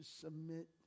submit